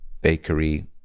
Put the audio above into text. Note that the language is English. bakery